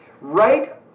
Right